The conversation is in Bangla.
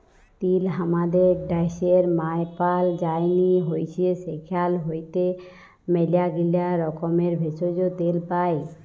তিল হামাদের ড্যাশের মায়পাল যায়নি হৈচ্যে সেখাল হইতে ম্যালাগীলা রকমের ভেষজ, তেল পাই